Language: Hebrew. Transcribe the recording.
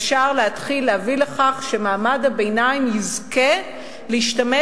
אפשר להתחיל להביא לכך שמעמד הביניים יזכה להשתמש